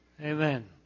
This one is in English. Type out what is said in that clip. Amen